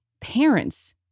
parents